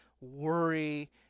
worry